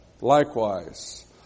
likewise